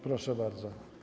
Proszę bardzo.